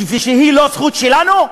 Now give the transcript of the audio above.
והיא לא זכות שלנו,